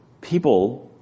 People